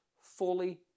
fully